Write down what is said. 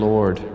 Lord